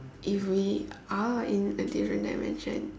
if we are in a different dimension